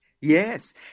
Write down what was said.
yes